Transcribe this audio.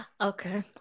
okay